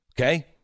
Okay